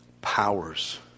Powers